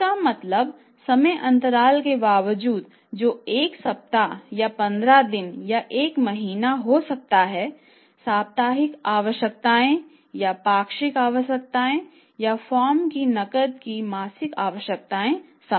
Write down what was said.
इसका मतलब समय अंतराल के बावजूद जो 1 सप्ताह या 15 दिन या 1 महीना हो सकता है साप्ताहिक आवश्यकताएं या पाक्षिक आवश्यकताएं या फर्म की नकद की मासिक आवश्यकताएं समान हैं